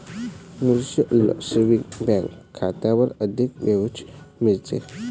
mutual saving bank खात्यावर अधिक व्याज मिळते